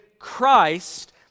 Christ